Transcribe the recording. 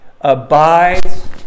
abides